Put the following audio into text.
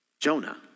Jonah